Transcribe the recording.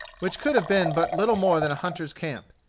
which could have been but little more than a hunter's camp.